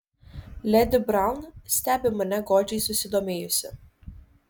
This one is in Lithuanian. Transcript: ledi braun stebi mane godžiai susidomėjusi